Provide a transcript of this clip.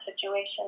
situation